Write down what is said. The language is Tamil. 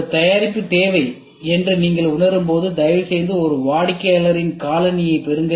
ஒரு தயாரிப்பு தேவை என்று நீங்கள் உணரும்போது தயவுசெய்து ஒரு வாடிக்கையாளரின் காலணியைப் பெறுங்கள்